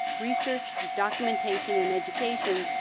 research, documentation, and education,